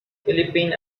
philippine